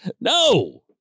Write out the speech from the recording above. no